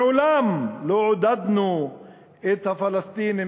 מעולם לא עודדנו את הפלסטינים,